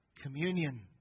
Communion